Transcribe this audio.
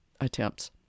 attempts